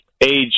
age